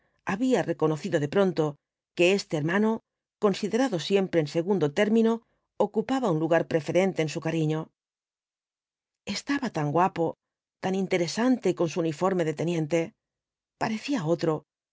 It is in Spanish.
había reconocido de pronto que este hermano considerado siempre en segundo término ocupaba un lugar preferente en su cariño estaba tan guapo tan interesante con su unifor me de teniente parecía otro